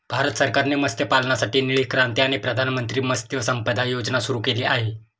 भारत सरकारने मत्स्यपालनासाठी निळी क्रांती आणि प्रधानमंत्री मत्स्य संपदा योजना सुरू केली आहे